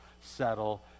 settle